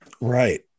Right